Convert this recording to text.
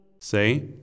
Say